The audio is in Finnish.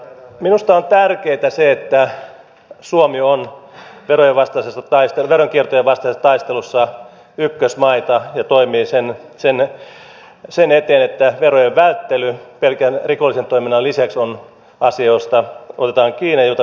minusta on tärkeätä se että suomi on veronkierron vastaisessa taistelussa ykkösmaita ja toimii sen eteen että verojen välttely pelkän rikollisen toiminnan lisäksi on asia josta otetaan kiinni ja jota pystytään estämään